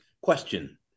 question